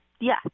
yes